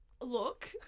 Look